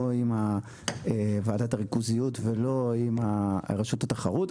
לא עם ועדת הריכוזיות ולא עם רשות התחרות.